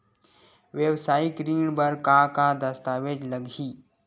वेवसायिक ऋण बर का का दस्तावेज लगही?